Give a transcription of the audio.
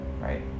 right